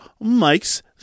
Mike's